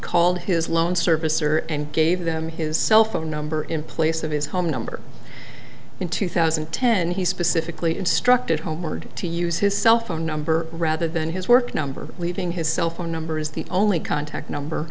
called his loan servicer and gave them his cell phone number in place of his home number in two thousand and ten he specifically instructed homered to use his cell phone number rather than his work number leaving his cell phone number is the only contact number